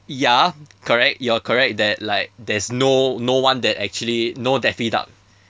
ya correct you're correct that like there is no no one that actually no daffy duck